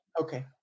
Okay